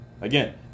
Again